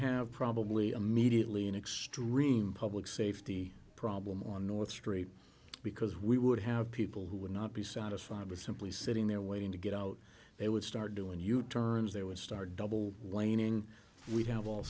have probably a mediately an extreme public safety problem on north straight because we would have people who would not be satisfied with simply sitting there waiting to get out they would start doing u turns they would start double laning we'd have all